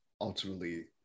ultimately